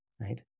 right